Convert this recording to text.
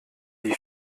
die